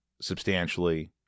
substantially